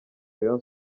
rayon